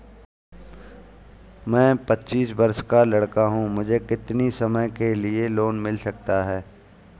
मैं पच्चीस वर्ष का लड़का हूँ मुझे कितनी समय के लिए लोन मिल सकता है?